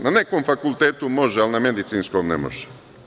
Na nekom fakultetu može, ali na Medicinskom ne može.